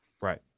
right